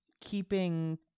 keeping